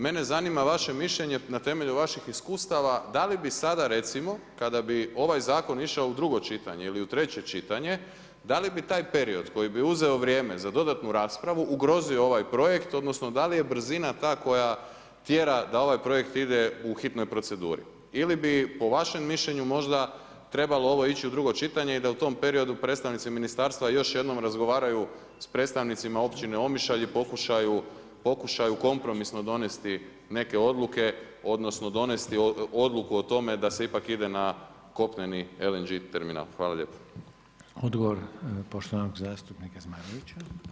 Mene zanima vaše mišljenje na temelju vaših iskustava, da li bi sada recimo, kada bi ovaj Zakon išao u drugo čitanje ili u treće čitanje, dali bi taj period koji bi uzeo vrijeme za dodatnu raspravu ugrozio ovaj projekt, odnosno da li je brzina ta koja tjera da ovaj projekt ide u hitnoj proceduri li bi po vašem mišljenju možda trebalo ovo ići u drugo čitanje i da u tom periodu predstavnici Ministarstva još jednom razgovaraju s predstavnicima općine Omišalj i pokušaju kompromisno donijeti neke odluke odnosno donijeti odluku o tome da se ipak ide na kopneni LNG terminal.